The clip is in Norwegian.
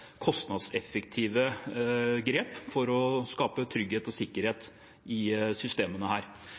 kostnadseffektive grep for å skape trygghet og sikkerhet i systemene.